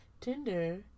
Tinder